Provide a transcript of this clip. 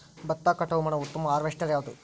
ಭತ್ತ ಕಟಾವು ಮಾಡುವ ಉತ್ತಮ ಹಾರ್ವೇಸ್ಟರ್ ಯಾವುದು?